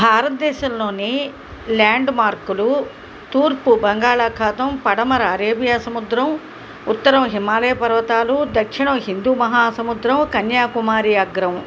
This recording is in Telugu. భారతదేశంలోని ల్యాండు మార్కులు తూర్పు బంగాళాఖాతం పడమర అరేబియా సముద్రం ఉత్తరం హిమాలయ పర్వతాలు దక్షిణం హిందూ మహాసముద్రం కన్యాకుమారి అగ్రం